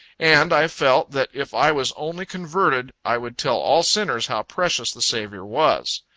and i felt, that if i was only converted, i would tell all sinners how precious the saviour was.